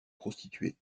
prostituées